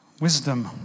Wisdom